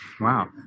Wow